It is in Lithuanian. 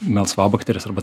melsvabakterės arba